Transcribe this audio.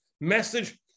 message